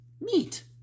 meat